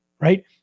right